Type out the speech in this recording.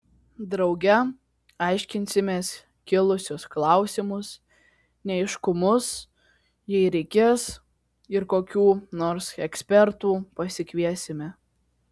drauge aiškinsimės kilusius klausimus neaiškumus jei reikės ir kokių nors ekspertų pasikviesime